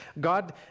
God